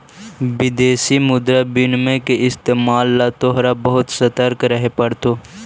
विदेशी मुद्रा विनिमय के इस्तेमाल ला तोहरा बहुत ससतर्क रहे पड़तो